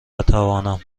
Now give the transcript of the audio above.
بتوانم